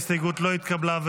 ההסתייגות לא התקבלה.